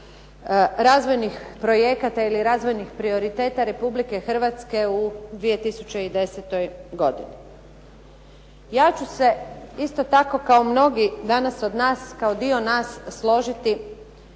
razvojnih projekata ili razvojnih prioriteta Republike Hrvatske u 2010. godini. Ja ću se isto tako kao mnogi danas od nas, kao dio nas složiti